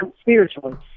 spiritually